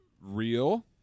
real